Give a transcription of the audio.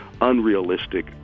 unrealistic